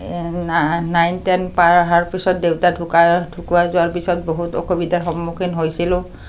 nine ten পাৰ অহাৰ পিছত দেউতা ঢুকাৰ ঢুকোৱাৰ যোৱাৰ পিছত বহুত অসুবিধাৰ সন্মুখীন হৈছিলোঁ